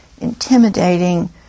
intimidating